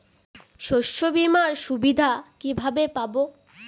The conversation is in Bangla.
শস্যবিমার সুবিধা কিভাবে পাবো?